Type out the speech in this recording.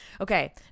Okay